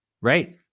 Right